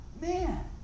man